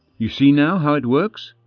you see now how it works?